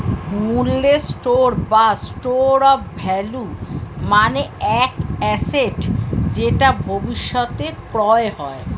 মূল্যের স্টোর বা store of value মানে এক অ্যাসেট যেটা ভবিষ্যতে ক্রয় হয়